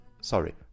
Sorry